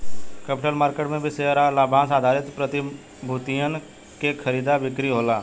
capital market में भी share आ लाभांस आधारित प्रतिभूतियन के खरीदा बिक्री होला